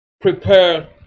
prepare